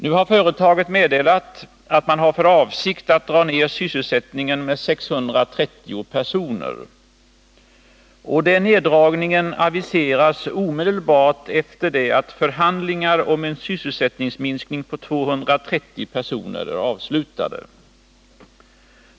Nu har företaget meddelat att man har för avsikt att dra ned sysselsättningen med 630 personer. Och den neddragningen aviseras omedelbart efter det att förhandlingar om en sysselsättningsminskning på 230 personer är avslutade.